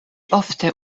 ofte